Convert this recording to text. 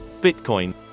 Bitcoin